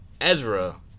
Ezra